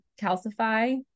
calcify